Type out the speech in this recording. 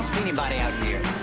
anybody out here.